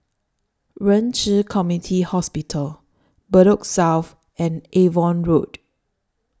Ren Ci Community Hospital Bedok South and Avon Road